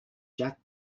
jack